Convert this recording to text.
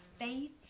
faith